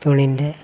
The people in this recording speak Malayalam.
തുണീൻ്റെ